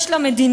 יש לה מדיניות.